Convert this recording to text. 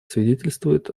свидетельствует